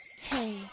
Hey